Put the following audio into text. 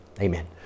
Amen